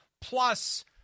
plus